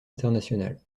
internationale